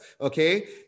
Okay